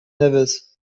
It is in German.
nevis